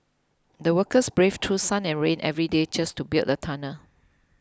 the workers braved through sun and rain every day just to build the tunnel